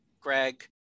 Greg